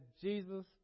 Jesus